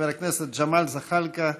חבר הכנסת ג'מאל זחאלקה,